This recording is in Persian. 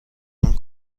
اون